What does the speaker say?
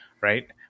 Right